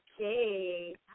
Okay